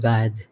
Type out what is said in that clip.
God